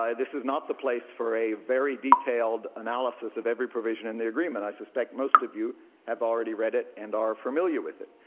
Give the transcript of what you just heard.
this is not the place for a very detailed analysis of every provision in the agreement. i suspect most of you have already read it and are familiar with it.